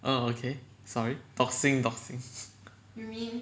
err okay sorry doxing doxing